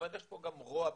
אבל יש פה גם רוע באמת,